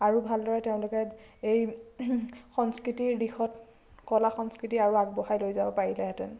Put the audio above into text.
আৰু ভালদৰে তেওঁলোকে এই সংস্কৃতিৰ দিশত কলা সংস্কৃতি আৰু আগবঢ়াই লৈ যাব পাৰিলেহেঁতেন